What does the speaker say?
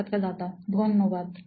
সাক্ষাৎকারদাতা ধন্যবাদ